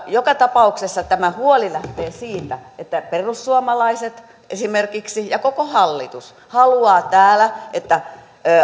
joka tapauksessa tämä huoli lähtee siitä että perussuomalaiset esimerkiksi ja koko hallitus haluavat täällä että